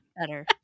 better